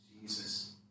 Jesus